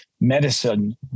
medicine